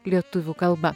lietuvių kalba